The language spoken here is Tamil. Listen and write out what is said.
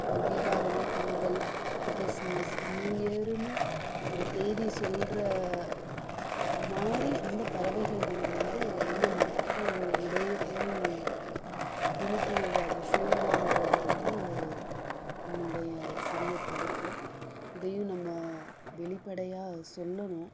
ஒரு தீபாவளி பொங்கல் கிறிஸ்மஸ் நியூ இயர்ன்னு ஒரு தேதி சொல்ற மாரி இந்த பறவைகள் தினம் வந்து இன்னும் மக்கள் இடையே போய் விழிப்புணர்வு அது சேரலங்கறது வந்து என்னோடைய சிறிய கருத்து இதையும் நம்ம வெளிப்படையாக சொல்லணும்